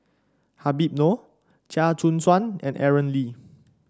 Habib Noh Chia Choo Suan and Aaron Lee